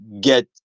get